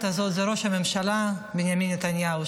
הזאת הוא ראש הממשלה בנימין נתניהו.